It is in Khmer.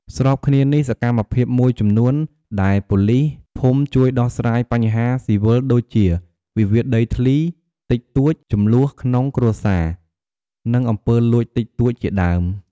ស្របគ្នានេះ សកម្មភាពមួយចំនួនដែលប៉ូលីសភូមិជួយដោះស្រាយបញ្ហាស៊ីវិលដូចជា វិវាទដីធ្លីតិចតួច ជម្លោះក្នុងគ្រួសារ និងអំពើលួចតិចតួច ជាដើម។